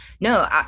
No